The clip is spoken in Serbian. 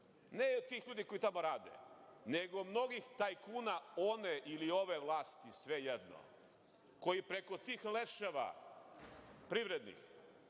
ne od tih ljudi koji tamo rade, nego mnogih tajkuna one ili ove vlasti, svejedno, koji preko tih leševa privrednih